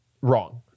wrong